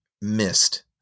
missed